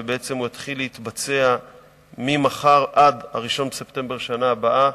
ובעצם הוא מתחיל להתבצע ממחר עד 1 בספטמבר שנה הבאה,